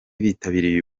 bitabiriye